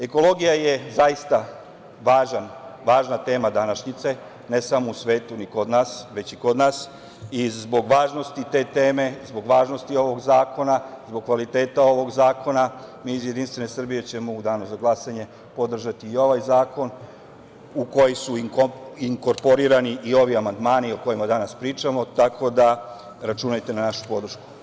Ekologija je zaista važna tema današnjice, ne samo u svetu već i kod nas, i zbog važnosti te teme, zbog važnosti ovog zakona, zbog kvaliteta ovog zakona, mi iz Jedinstvene Srbije ćemo u danu za glasanje podržati i ovaj zakon, u koji su inkorporirani i ovi amandmani o kojima danas pričamo, tako da računate na našu podršku.